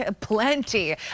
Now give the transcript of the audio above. plenty